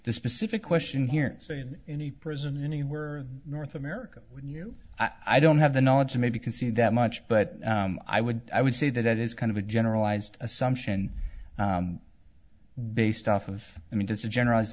the specific question here in the prison anywhere north america when you i don't have the knowledge to maybe can see that much but i would i would say that it is kind of a generalized assumption based off of i mean it's a generalized